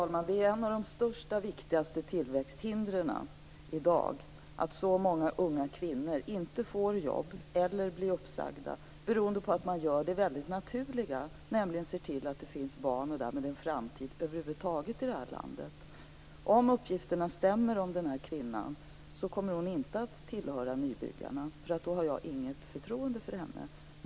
Fru talman! Ett av de största tillväxthindren i dag är att så många unga kvinnor inte får jobb eller blir uppsagda beroende på att de gör det väldigt naturliga, nämligen ser till att det finns barn och därmed en framtid över huvud taget i det här landet. Om uppgifterna stämmer om den här kvinnan kommer hon inte att tillhöra Nybyggarna, för då har jag inget förtroende för henne.